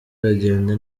aragenda